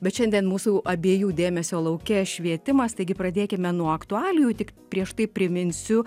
bet šiandien mūsų abiejų dėmesio lauke švietimas taigi pradėkime nuo aktualijų tik prieš tai priminsiu